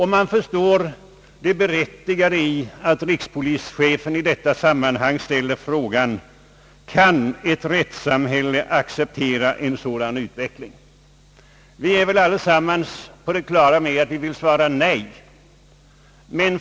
Man förstår det berättigade i att rikspolischefen i detta sammanhang ställer frågan: Kan ett rättssamhälle acceptera en sådan utveckling? Vi är väl allesammans på det klara med att vi vill svara nej.